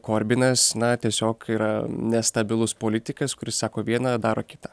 korbinas na tiesiog yra nestabilus politikas kuris sako viena daro kita